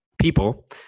people